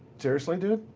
seriously, dude?